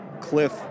Cliff